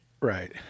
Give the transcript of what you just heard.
right